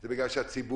זה בגלל שהציבור